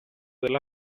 della